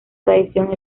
tradición